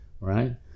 Right